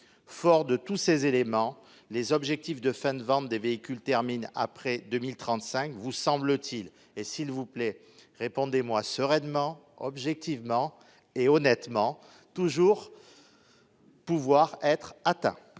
fort de tous ces éléments, les objectifs de fin de vente des véhicules termine après 2035, vous semble-t-il et s'il vous plaît, répondez-moi sereinement objectivement et honnêtement toujours. Pouvoir être atteint.